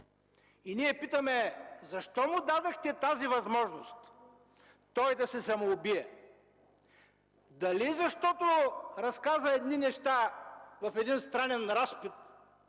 И ние питаме: „Защо му дадохте тази възможност да се самоубие? Дали защото разказа едни неща в един странен разпит,